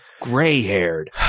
gray-haired